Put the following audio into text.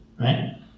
Right